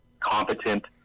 competent